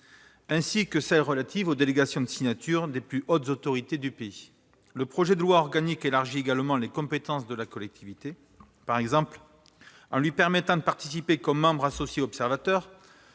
dispositions relatives aux délégations de signature des plus hautes autorités du pays. Ce texte organique élargit également les compétences de la collectivité, par exemple en lui permettant de participer, comme membre associé ou observateur,